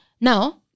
now